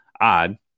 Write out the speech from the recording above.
odd